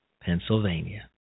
Pennsylvania